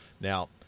Now